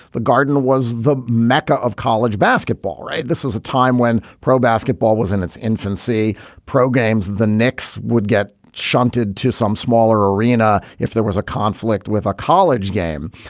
the garden was the mecca of college basketball. right. this was a time when pro basketball was in its infancy. pro games, the knicks would get shunted to some smaller arena if there was a conflict with a college game.